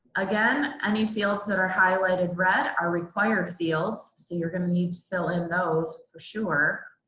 again, any fields that are highlighted red are required fields, so you're going to need to fill in those for sure.